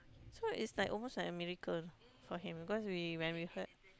so is like almost like a miracle for him because we when we heard